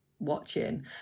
watching